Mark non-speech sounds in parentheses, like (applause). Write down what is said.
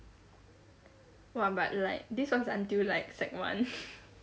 !!wah!! but like this was until like sec one (laughs)